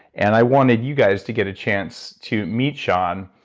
and i wanted you guys to get a chance to meet shaun,